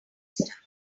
stuck